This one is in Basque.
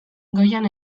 goian